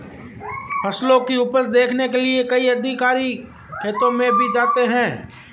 फसलों की उपज देखने के लिए कई अधिकारी खेतों में भी जाते हैं